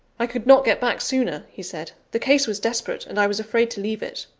i could not get back sooner, he said the case was desperate, and i was afraid to leave it.